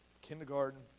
kindergarten